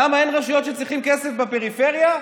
למה, אין רשויות שצריכות כסף בפריפריה,